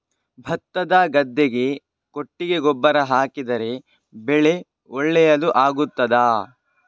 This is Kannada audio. ಭತ್ತದ ಗದ್ದೆಗೆ ಕೊಟ್ಟಿಗೆ ಗೊಬ್ಬರ ಹಾಕಿದರೆ ಬೆಳೆ ಒಳ್ಳೆಯದು ಆಗುತ್ತದಾ?